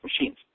machines